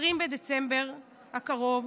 20 בדצמבר הקרוב,